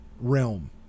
realm